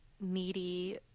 needy